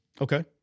Okay